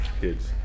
kids